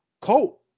Colt